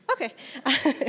Okay